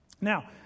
Now